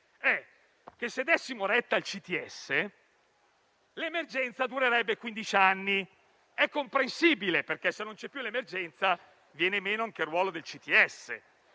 è che se dessimo retta al CTS l'emergenza durerebbe quindici anni. È comprensibile perché, se non c'è più l'emergenza, viene meno anche il ruolo del CTS